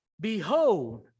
Behold